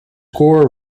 core